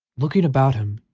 looking about him,